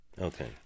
Okay